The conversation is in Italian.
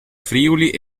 friuli